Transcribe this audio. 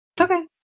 Okay